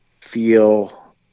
feel